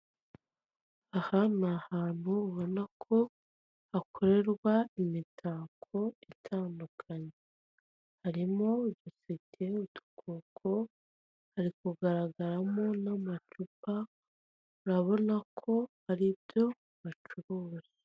Aha ni hantu ubona ko hakorerwa imitako itandukanye; harimo udutete, udukoko, hari kugaragaramo n'amacupa, urabona ko ari byo bacuruza.